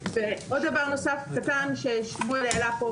עוד דבר קטן נוסף ששמואל העלה פה.